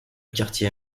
quartier